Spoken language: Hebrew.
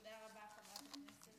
תודה רבה, חברת הכנסת